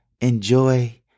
enjoy